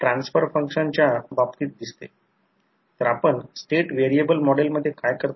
तर याचा अर्थ हा E2 V2 I2 R2 आणि हा I2 X2 आहे हा अँगल 90° असेल हा अँगल 90° असेल